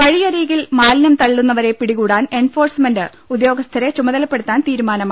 വഴിയരികിൽ മാലിന്യം തള്ളുന്നവരെ പിടികൂടാൻ എൻഫോഴ് സ്മെന്റ് ഉദ്യോഗസ്ഥരെ ചുമതലപ്പെടുത്താ ൻ തീരുമാനമായി